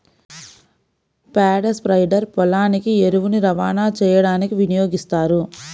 పేడ స్ప్రెడర్ పొలానికి ఎరువుని రవాణా చేయడానికి వినియోగిస్తారు